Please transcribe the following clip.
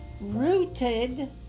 Rooted